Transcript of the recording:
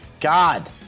God